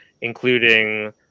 including